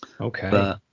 Okay